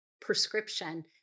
prescription